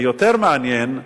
יותר מעניין,